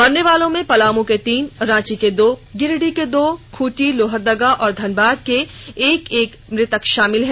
मरने वालों में पलामू के तीन रांची के दो गिरिडीह के दो खूंटी लोहरदगा और धनबाद के एक एक लोग शामिल हैं